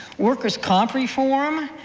workers comp reform,